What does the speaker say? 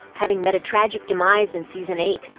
having met a tragic demise in season eight,